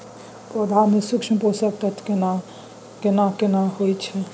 पौधा में सूक्ष्म पोषक तत्व केना कोन होय छै?